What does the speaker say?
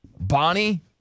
Bonnie